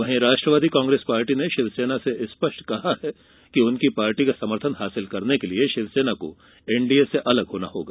वहीं राष्ट्रवादी कांग्रेस पार्टी ने शिवसेना से स्पष्ट कहा है कि उनकी पार्टी का समर्थन हासिल करने के लिए शिवसेना को एनडीए से अलग होना होगा